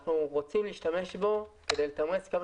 אנחנו רוצים להשתמש בו כדי לתמרץ כמה